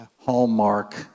hallmark